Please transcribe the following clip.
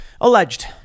Alleged